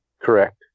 Correct